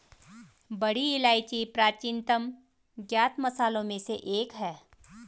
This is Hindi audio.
बड़ी इलायची प्राचीनतम ज्ञात मसालों में से एक है